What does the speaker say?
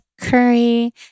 curry